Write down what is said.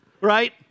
right